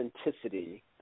authenticity